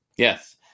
Yes